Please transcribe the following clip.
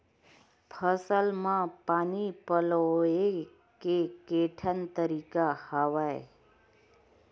फसल म पानी पलोय के केठन तरीका हवय?